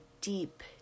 deep